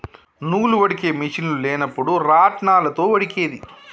నూలు వడికే మిషిన్లు లేనప్పుడు రాత్నాలతో వడికేది